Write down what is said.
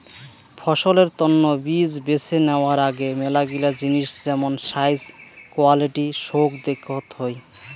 ফসলের তন্ন বীজ বেছে নেওয়ার আগে মেলাগিলা জিনিস যেমন সাইজ, কোয়ালিটি সৌগ দেখত হই